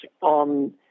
on